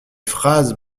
phrases